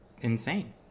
insane